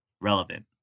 relevant